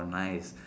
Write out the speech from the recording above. nice